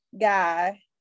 guy